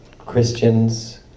Christians